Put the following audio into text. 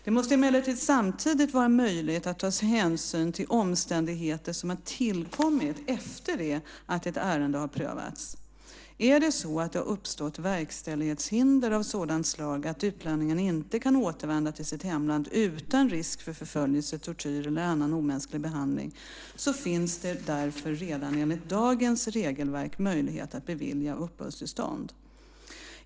Det måste emellertid samtidigt vara möjligt att ta hänsyn till omständigheter som tillkommit efter det att ett ärende prövats. Är det så att det uppstått verkställighetshinder av sådant slag att utlänningen inte kan återvända till sitt hemland utan risk för förföljelse, tortyr eller annan omänsklig behandling, finns det därför redan enligt dagens regelverk möjlighet att bevilja uppehållstillstånd.